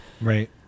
right